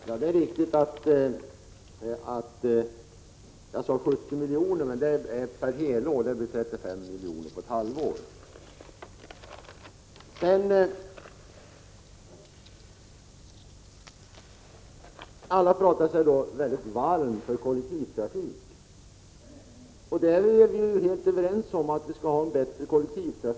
Herr talman! Jag talade om ett bidrag på 70 milj.kr. per år, och det blir 35 milj.kr. på ett halvår. Alla talar varmt om nyttan av kollektivtrafik. Vi är också överens om att kollektivtrafiken måste bli bättre.